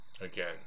Again